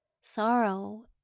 Sorrow